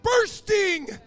bursting